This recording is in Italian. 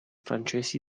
francesi